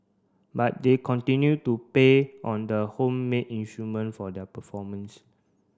but they continue to pay on the homemade instrument for their performance